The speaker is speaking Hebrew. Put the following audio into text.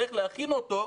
צריך להכין אותו,